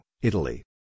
Italy